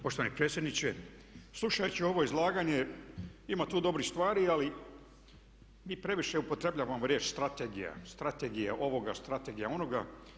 Poštovani predsjedniče, slušajući ovo izlaganje ima tu dobrih stvari, ali mi previše upotrebljavamo riječ strategija, strategija ovoga, strategija onoga.